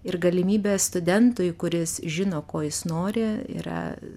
ir galimybė studentui kuris žino ko jis nori yra